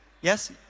Yes